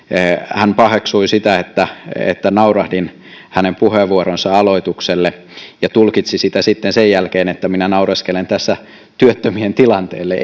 hän paheksui sitä että että naurahdin hänen puheenvuoronsa aloitukselle ja tulkitsi sitä sitten sen jälkeen että minä naureskelen tässä työttömien tilanteelle